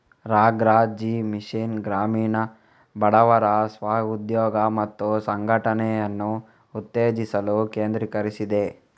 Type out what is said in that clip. ರಾ.ಗ್ರಾ.ಜೀ mission ಗ್ರಾಮೀಣ ಬಡವರ ಸ್ವ ಉದ್ಯೋಗ ಮತ್ತು ಸಂಘಟನೆಯನ್ನು ಉತ್ತೇಜಿಸಲು ಕೇಂದ್ರೀಕರಿಸಿದೆ